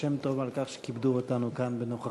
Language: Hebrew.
שם-טוב על כך שכיבדו אותנו כאן בנוכחותם.